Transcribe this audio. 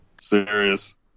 Serious